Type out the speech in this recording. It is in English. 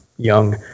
young